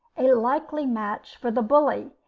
a likely match for the bully,